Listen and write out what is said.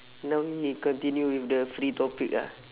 now we continue with the free topic ah